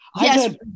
Yes